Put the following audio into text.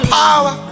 power